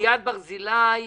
ליעד ברזילי